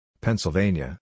Pennsylvania